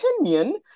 opinion